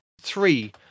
three